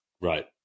Right